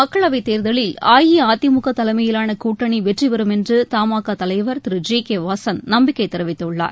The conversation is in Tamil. மக்களவைத் தேர்தலில் அஇஅதிமுக தலைமையிலான கூட்டணி வெற்றி பெறும் என்று தமாகா தலைவர் திரு ஜி கே வாசன் நம்பிக்கை தெரிவித்துள்ளார்